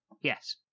yes